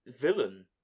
villain